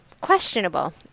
Questionable